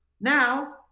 Now